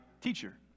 teacher